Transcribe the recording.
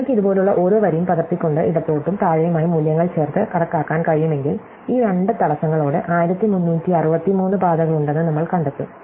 നിങ്ങൾക്ക് ഇതുപോലുള്ള ഓരോ വരിയും പകർത്തിക്കൊണ്ട് ഇടത്തോട്ടും താഴെയുമായി മൂല്യങ്ങൾ ചേർത്ത് കണക്കാക്കാൻ കഴിയുമെങ്കിൽ ഈ രണ്ട് തടസ്സങ്ങളോടെ 1363 പാതകളുണ്ടെന്ന് നമ്മൾ കണ്ടെത്തും